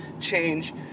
change